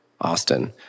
Austin